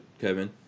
Kevin